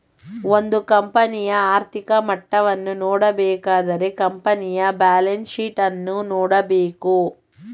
ಒಂದು ಕಂಪನಿಯ ಆರ್ಥಿಕ ಮಟ್ಟವನ್ನು ನೋಡಬೇಕಾದರೆ ಕಂಪನಿಯ ಬ್ಯಾಲೆನ್ಸ್ ಶೀಟ್ ಅನ್ನು ನೋಡಬೇಕು